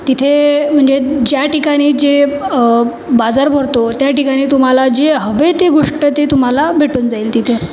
तिथे म्हणजे ज्या ठिकाणी जे बाजार भरतो त्या ठिकाणी तुम्हाला जे हवे ते गोष्ट ते तुम्हाला भेटून जाईल तिथे